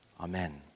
Amen